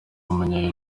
w’umunya